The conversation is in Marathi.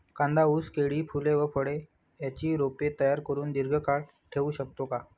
कांदा, ऊस, केळी, फूले व फळे यांची रोपे तयार करुन दिर्घकाळ ठेवू शकतो का?